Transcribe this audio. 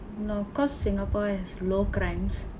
no cause Singapore has low crimes